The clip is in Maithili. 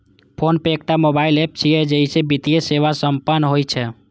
फोनपे एकटा मोबाइल एप छियै, जइसे वित्तीय सेवा संपन्न होइ छै